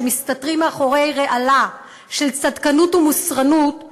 שמסתתרים מאחורי רעלה של צדקנות ומוסרנות,